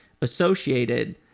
associated